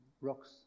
rocks